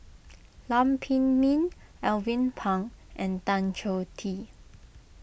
Lam Pin Min Alvin Pang and Tan Choh Tee